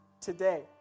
today